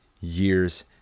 years